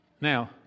Now